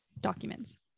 documents